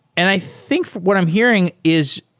and i think what i'm hear ing is